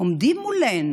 עומדים מולנו